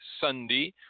Sunday